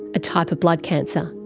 a type of blood cancer.